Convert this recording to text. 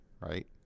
right